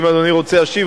אם אדוני רוצה להשיב,